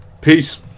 Peace